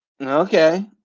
Okay